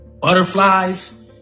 butterflies